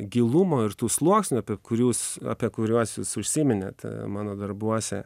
gilumo ir tų sluoksnių apie kurius apie kuriuos jūs užsiminėte mano darbuose